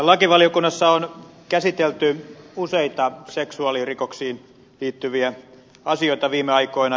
lakivaliokunnassa on käsitelty useita seksuaalirikoksiin liittyviä asioita viime aikoina